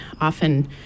often